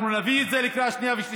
אנחנו נביא את זה לקריאה שנייה ושלישית,